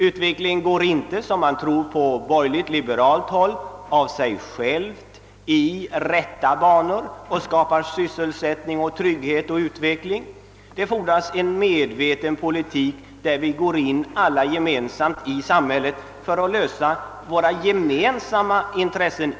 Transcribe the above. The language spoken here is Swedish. Utvecklingen går inte, som man tror på borgerligt liberalt håll, av sig själv i rätta banor och skapar sysselsättning, trygghet och framåtskridande. Det fordras en medveten politik där vi alla går in för att lösa våra gemensamma problem.